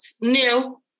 new